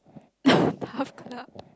Taf club